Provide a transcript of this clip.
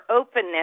openness